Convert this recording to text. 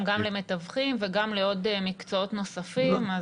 גם למתווכים וגם לעוד מקצועות נוספים.